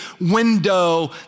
window